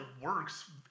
works